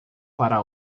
para